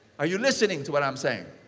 are you listening to what i'm saying?